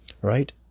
right